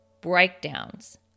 breakdowns